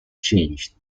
changed